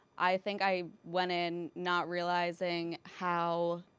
i think i went in not realizing how